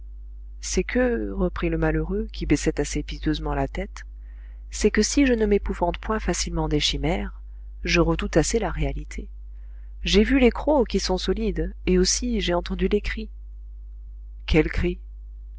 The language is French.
c'est que reprit le malheureux qui baissait assez piteusement la tête c'est que si je ne m'épouvante point facilement des chimères je redoute assez la réalité j'ai vu les crocs qui sont solides et aussi j'ai entendu les cris